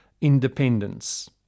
independence